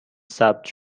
ثبت